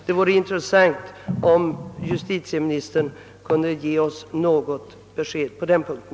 Det vore intressant att få besked av justitieministern även på den punkten.